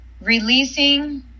releasing